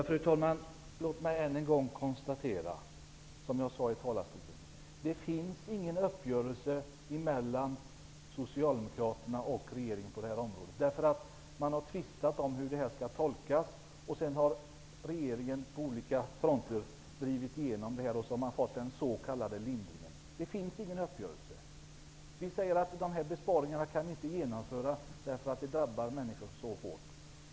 Fru talman! Låt mig än en gång konstatera, som jag gjorde i talarstolen: Det finns ingen uppgörelse mellan Socialdemokraterna och regeringen på det här området. Man har tvistat om hur den skall tolkas, sedan har regeringen på olika fronter drivit igenom den och så har man fått den s.k. lindringen. Det finns ingen uppgörelse. Vi säger att vi inte kan genomföra de här besparingarna därför att de drabbar människor så hårt.